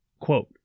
Quote